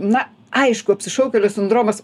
na aišku apsišaukėlio sindromas